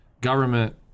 government